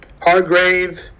Hargrave